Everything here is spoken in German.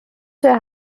der